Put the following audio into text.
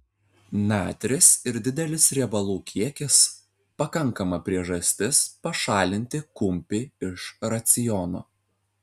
natris ir didelis riebalų kiekis pakankama priežastis pašalinti kumpį iš raciono